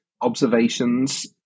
Observations